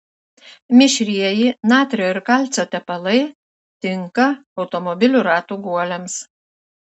mišrieji natrio ir kalcio tepalai tinka automobilių ratų guoliams